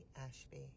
Ashby